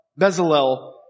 Bezalel